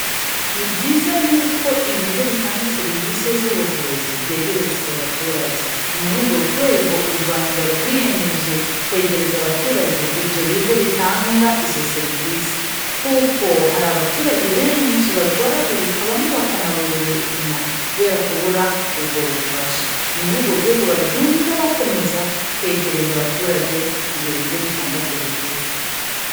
Ni byiza yuko ibigo bitanga serivisi z'ubuvuzi byegerezwa abaturage. Ni muri urwo rwego u Rwanda rwiyemeje kwegereza abaturage ibyo bigo bitanga izo serivisi. Kuko hari abaturage benshi barwaragurika bamwe bakanabura ubuzima, kubera kubura ubwo bufasha. Ni muri urwo rwego bagenda bakomeza kwegereza abaturage ibyo bigo bitanga serivisi.